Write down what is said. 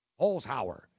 Holzhauer